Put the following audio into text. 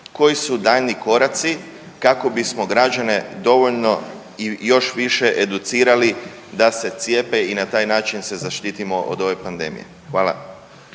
koji su daljnji koraci kako bismo građane dovoljno i još više educirali da se cijepe i na taj način se zaštitimo od ove pandemije. Hvala.